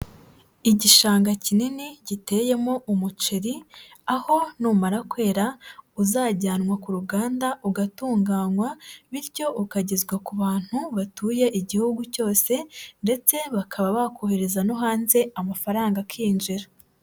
Igishanga kinini giteyemo umuceri, aho numara kwera uzajyanwa ku ruganda ugatunganywa bityo ukagezwa ku bantu batuye Igihugu cyose ndetse bakaba bakohereza no hanze amafaranga akinjira.